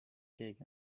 keegi